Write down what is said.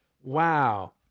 Wow